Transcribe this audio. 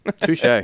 Touche